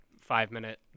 five-minute